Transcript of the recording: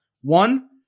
One